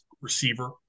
receiver